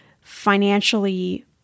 financially